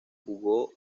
jugó